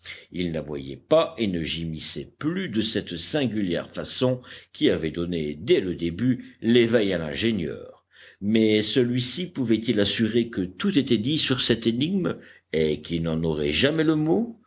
ils n'aboyaient pas et ne gémissaient plus de cette singulière façon qui avait donné dès le début l'éveil à l'ingénieur mais celui-ci pouvait-il assurer que tout était dit sur cette énigme et qu'il n'en aurait jamais le mot